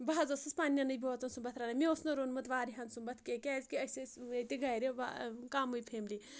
بہٕ حظ اوسُس پَننؠنٕے بٲژَن سُمبَتھ رَنان مےٚ اوس نہٕ روٚنمُت واریاہَن سُمبَتھ کینٛہہ کیازکہِ أسۍ ٲسۍ ییٚتہِ گرِ کَمٕے فیملی